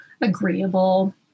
agreeable